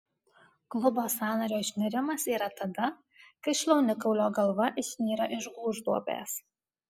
klubo sąnario išnirimas yra tada kai šlaunikaulio galva išnyra iš gūžduobės